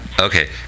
Okay